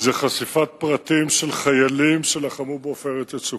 זה חשיפת פרטים של חיילים שלחמו ב"עופרת יצוקה".